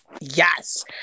Yes